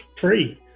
free